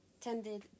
tended